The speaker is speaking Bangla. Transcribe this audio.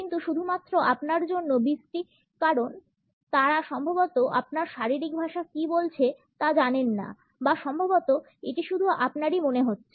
কিন্তু শুধুমাত্র আপনার জন্য বিশ্রী কারণ তারা সম্ভবত আপনার শারীরিক ভাষা কি বলছে তা জানেন না বা সম্ভবত এটি শুধু আপনারই মনে হচ্ছে